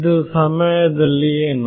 ಇದು ಸಮಯದಲ್ಲಿ ಯೇನು